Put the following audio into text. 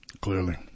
clearly